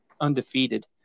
undefeated